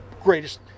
greatest